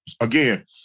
Again